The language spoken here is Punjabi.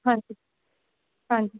ਹਾਂਜੀ ਹਾਂਜੀ